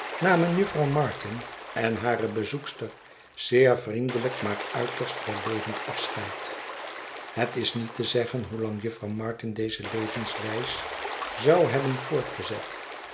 namen jufvrouw martin en hare bezoekster zeervriendelijk maar uiterst wellevend afscheid het is niet te zeggen hoe lang jufvrouw martin deze levenswijs zou hebben voortgezet